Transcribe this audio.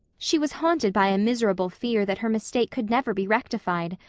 she was haunted by a miserable fear that her mistake could never be rectified.